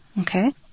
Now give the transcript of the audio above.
okay